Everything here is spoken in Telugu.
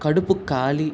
కడుపు ఖాళీ